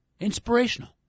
inspirational